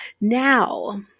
Now